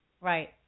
Right